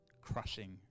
crushing